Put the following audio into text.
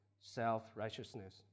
self-righteousness